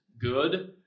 good